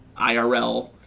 IRL